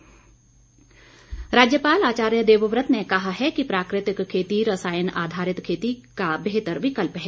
राज्यपाल राज्यपाल आचार्य देवव्रत ने कहा है कि प्राकृतिक खेती रसायन आधारित खेती का बेहतर विकल्प है